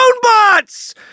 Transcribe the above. bots